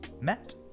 met